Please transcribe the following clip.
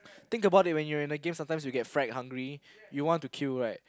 think about it when you're in a game sometimes you get fried hungry you want to kill right